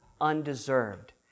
undeserved